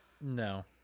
No